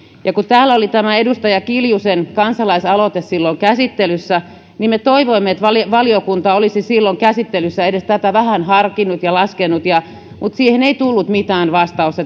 kun täällä oli tämä edustaja kiljusen kansalaisaloite käsittelyssä me toivoimme että valiokunta olisi silloin käsittelyssä tätä edes vähän harkinnut ja laskenut mutta siihen ei tullut mitään vastausta